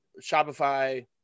Shopify